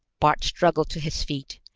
bart struggled to his feet,